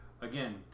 again